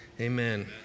Amen